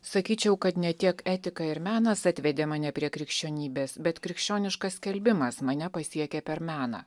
sakyčiau kad ne tiek etika ir menas atvedė mane prie krikščionybės bet krikščioniškas skelbimas mane pasiekė per meną